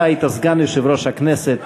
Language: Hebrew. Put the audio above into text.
אתה היית סגן יושב-ראש הכנסת,